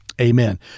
amen